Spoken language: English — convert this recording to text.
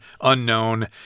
unknown